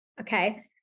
okay